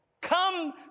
come